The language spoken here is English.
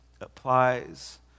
applies